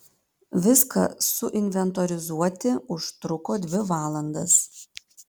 viską suinventorizuoti užtruko dvi valandas